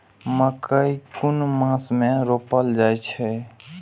मकेय कुन मास में रोपल जाय छै?